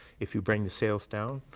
if you bring the sails down,